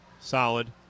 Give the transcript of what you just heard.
Solid